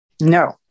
No